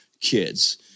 kids